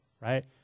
right